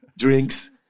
drinks